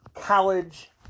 college